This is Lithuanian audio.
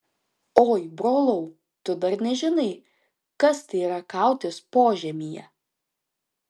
oi brolau tu dar nežinai kas tai yra kautis požemyje